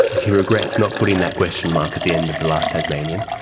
he regrets not putting that question mark at the end of the last tasmanian.